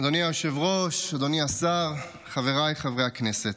אדוני היושב-ראש, אדוני השר, חבריי חברי הכנסת,